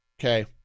okay